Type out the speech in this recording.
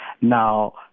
Now